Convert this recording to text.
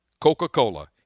Coca-Cola